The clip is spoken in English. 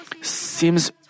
seems